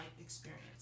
experience